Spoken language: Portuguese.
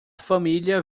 família